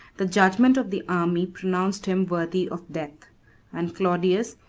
the judgment of the army pronounced him worthy of death and claudius,